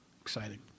Exciting